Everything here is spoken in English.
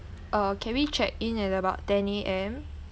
uh can we check-in at about ten A_M